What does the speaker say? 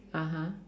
(uh huh)